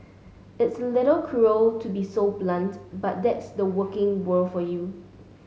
it's a little cruel to be so blunt but that's the working world for you